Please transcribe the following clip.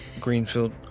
Greenfield